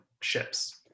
ships